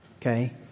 okay